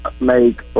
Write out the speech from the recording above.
make